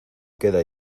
queda